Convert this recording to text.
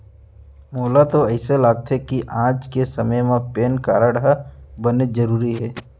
मोला तो अइसे लागथे कि आज के समे म पेन कारड ह बनेच जरूरी हे